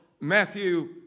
Matthew